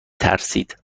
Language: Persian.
ترسید